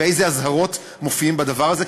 ואיזה אזהרות מופיעות בדבר הזה,